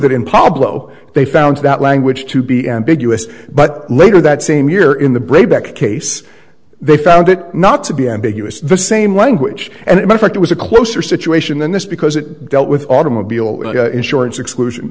that in pablo they found that language to be ambiguous but later that same year in the braybrook case they found it not to be ambiguous the same language and in fact it was a closer situation than this because it dealt with automobile insurance exclusion